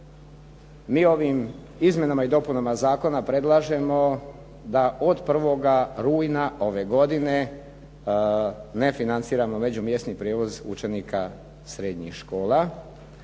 mi ovim Izmjenama i dopunama Zakona predlažemo da od 1. rujna ove godine ne financiramo međumjesni prijevoz učenika srednjih škola.